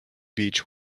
beach